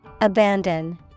Abandon